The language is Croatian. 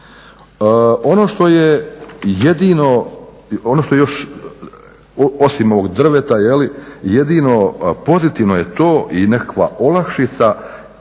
Ono što je još jedino, osim ovog drveta, jedino pozitivno je to i nekakva olakšica,